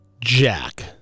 jack